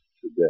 today